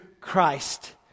Christ